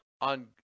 on